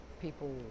People